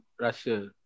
Russia